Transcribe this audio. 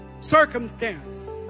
circumstance